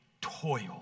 toil